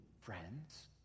friends